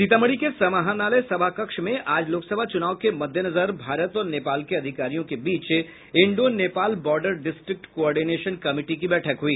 सीतामढ़ी के समाहरणालय सभाकक्ष में आज लोकसभा चुनाव के मद्देनजर भारत और नेपाल के अधिकारियों के बीच Indo Nepal border district coordination committee की बैठक हुई